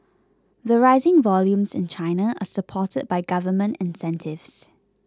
the rising volumes in China are supported by government incentives